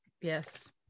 Yes